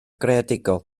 greadigol